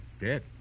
Dead